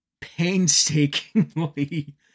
painstakingly